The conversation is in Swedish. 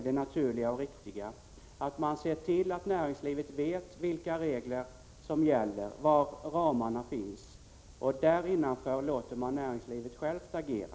Det naturliga och riktiga är i stället, menar vi, att man ser till att näringslivet vet vilka regler som gäller. Man skall ange ramarna och där innanför låta näringslivet självt agera.